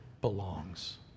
belongs